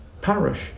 parish